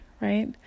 right